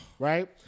Right